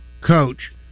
coach